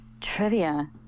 Trivia